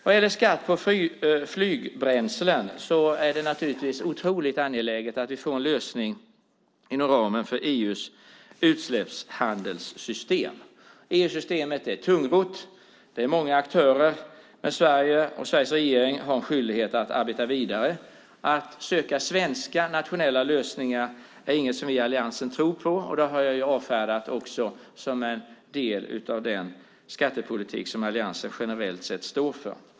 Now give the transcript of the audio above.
Vad gäller skatt på flygbränslen är det naturligtvis otroligt angeläget att vi får en lösning inom ramen för EU:s utsläppshandelssystem. EU-systemet är tungrott. Det är många aktörer, men Sverige och Sveriges regering har en skyldighet att arbeta vidare. Att söka svenska nationella lösningar är inget vi i Alliansen tror på, och det har jag också avfärdat som en del av den skattepolitik som Alliansen generellt sett står för.